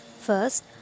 first